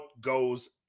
goes